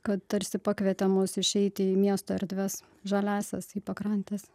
kad tarsi pakvietė mus išeiti į miesto erdves žaliąsias į pakrantes